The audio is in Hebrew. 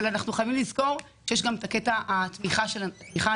אבל אנחנו חייבים לזכור שיש גם את התמיכה הנפשית.